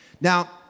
Now